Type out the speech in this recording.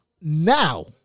now